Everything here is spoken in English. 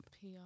PR